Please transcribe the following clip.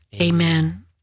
Amen